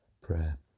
prayer